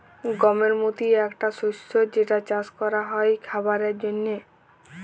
গমের মতি একটা শস্য যেটা চাস ক্যরা হ্যয় খাবারের জন্হে